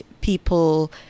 people